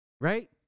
right